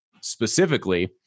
specifically